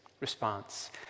response